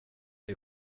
det